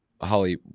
Holly